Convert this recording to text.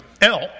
elk